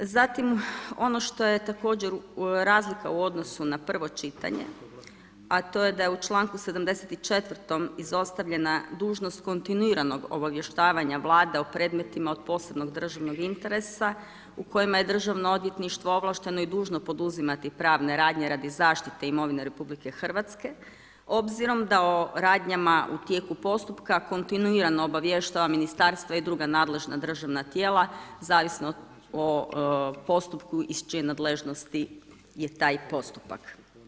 Zatim ono što je također razlika u odnosu na prvo čitanje a to je da je u članku 74. izostavljena dužnost kontinuiranog obavještavanja Vlada o predmetima od posebnog državnog interesa u kojima je državno odvjetništvo ovlašteno i dužno poduzimati pravne radnje radi zaštite imovine RH obzirom da o radnjama u tijeku postupka kontinuirano obavještava ministarstvo i dr. nadležna državna tijela zavisno o postupku i čijom nadležnosti je taj postupak.